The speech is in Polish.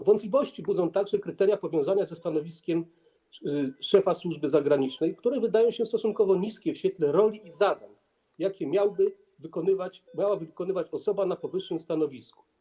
Wątpliwości budzą także kryteria powiązane ze stanowiskiem szefa służby zagranicznej, które wydają się stosunkowo niskie w świetle roli i zadań, jakie miałaby wykonywać osoba na powyższym stanowisku.